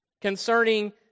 concerning